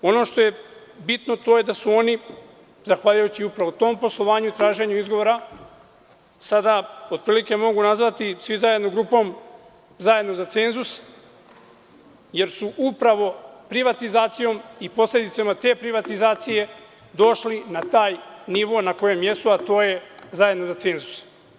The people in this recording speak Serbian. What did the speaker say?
Ono što je bitno je da su oni zahvaljujući upravo tom poslovanju i traženju izgovora, sada otprilike mogu nazvati svi zajedno grupom, zajedno za cenzus, jer su upravo privatizacijom i posledicama te privatizacije došli na taj nivo na kojem jesu, a to je zajedno za cenzus.